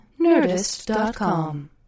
nerdist.com